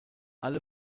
alle